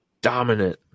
Dominant